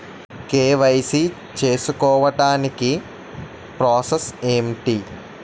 KYC చేసుకోవటానికి process ఏంటి?